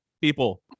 people